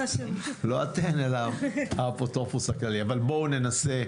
לא אתן אלא האפוטרופוס הכללי אבל בואו ננסה.